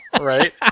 right